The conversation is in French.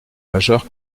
majeur